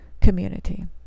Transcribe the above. community